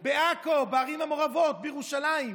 בעכו, בערים המעורבות, בירושלים,